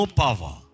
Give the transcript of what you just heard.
power